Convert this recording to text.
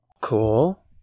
Cool